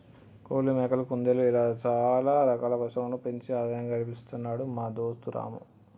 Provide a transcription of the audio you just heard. కోళ్లు మేకలు కుందేళ్లు ఇలా చాల రకాల పశువులను పెంచి ఆదాయం గడిస్తున్నాడు మా దోస్తు రాము